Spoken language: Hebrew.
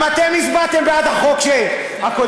גם אתם הצבעתם בעד החוק הקודם.